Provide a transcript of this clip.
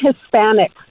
Hispanic